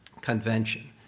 convention